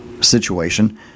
situation